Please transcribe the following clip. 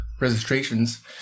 registrations